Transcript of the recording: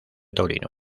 taurino